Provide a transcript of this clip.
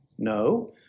No